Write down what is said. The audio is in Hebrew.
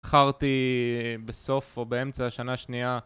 בחרתי בסוף או באמצע השנה השנייה